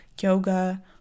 yoga